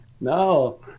No